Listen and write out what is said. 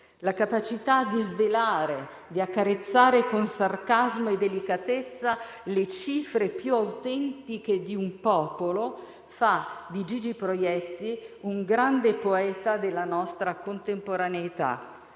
La capacità di svelare, di accarezzare con sarcasmo e delicatezza le cifre più autentiche di un popolo, fa di Gigi Proietti un grande poeta della nostra contemporaneità.